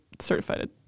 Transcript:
certified